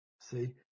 See